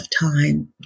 time